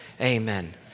amen